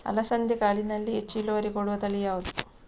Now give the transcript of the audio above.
ಅಲಸಂದೆ ಕಾಳಿನಲ್ಲಿ ಹೆಚ್ಚು ಇಳುವರಿ ಕೊಡುವ ತಳಿ ಯಾವುದು?